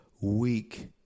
weak